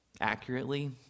accurately